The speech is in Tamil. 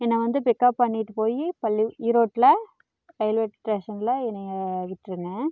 என்னை வந்து பிக்கப் பண்ணிட்டு போயி பள்ளி ஈரோட்டில் ரயில்வே ஸ்டேஷனில் என்னை விட்டிருங்க